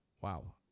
wow